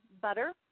Butter